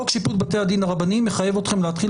חוק שיפוט בתי הדין הרבניים מחייב אתכם להתחיל